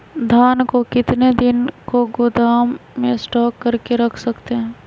धान को कितने दिन को गोदाम में स्टॉक करके रख सकते हैँ?